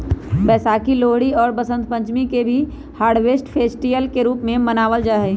वैशाखी, लोहरी और वसंत पंचमी के भी हार्वेस्ट फेस्टिवल के रूप में मनावल जाहई